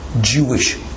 Jewish